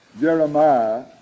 Jeremiah